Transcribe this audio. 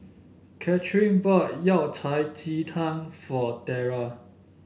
Kathrine bought Yao Cai Ji Tang for Tiera